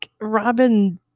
robin